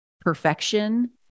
perfection